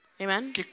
amen